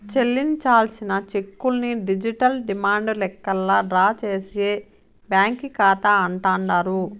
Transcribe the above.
చెల్లించాల్సిన చెక్కుల్ని digital demand లెక్కల్లా డ్రా చేసే బ్యాంకీ కాతా అంటాండారు